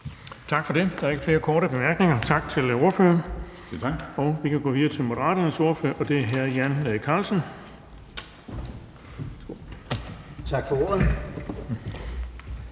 Tak for det. Der er ikke flere korte bemærkninger. Tak til ordføreren. Vi kan gå videre til Moderaternes ordfører, og det er hr. Jan Carlsen. Kl.